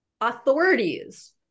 authorities